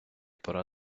пора